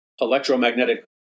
electromagnetic